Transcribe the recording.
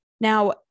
Now